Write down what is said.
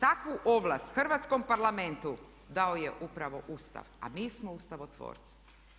Takvu ovlast hrvatskom Parlamentu dao je upravo Ustav, a mi smo ustavotvorci.